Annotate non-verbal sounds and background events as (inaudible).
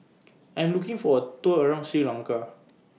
(noise) I'm looking For A Tour around Sri Lanka